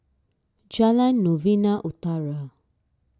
Jalan Novena Utara